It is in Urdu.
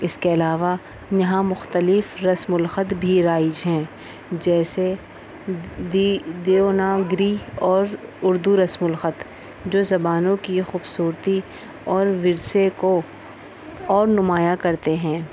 اس کے علاوہ یہاں مختلف رسم الخط بھی رائج ہیں جیسے دیوناگری اور اردو رسم الخط جو زبانوں کی خوبصورتی اور ورثے کو اور نمایاں کرتے ہیں